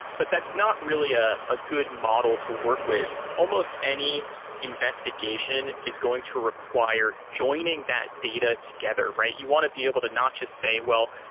but that's not really a ah good model to work with. almost any investigation is going to require joining that data together, right? you want to be able to not just say, well,